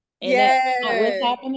Yes